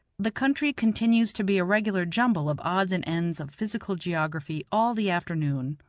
the country continues to be a regular jumble of odds and ends of physical geography all the afternoon,